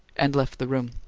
and left the room.